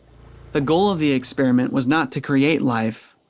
the goal of the experiment was not to create life,